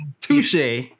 touche